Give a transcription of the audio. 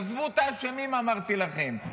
עזבו את האשמים, אמרתי לכם.